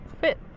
fit